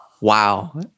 Wow